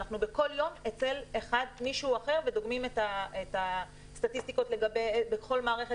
בכל יום אנחנו אצל מישהו אחר ודוגמים את הסטטיסטיקות בכל מערכת,